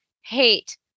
hate